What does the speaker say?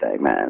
man